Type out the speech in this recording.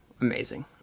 amazing